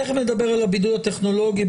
תיכף נדבר על הבידוד הטכנולוגי,